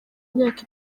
myaka